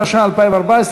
התשע"ה 2014,